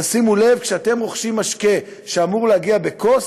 תשימו לב שכשאתם רוכשים משקה שאמור להגיע בכוס,